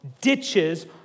ditches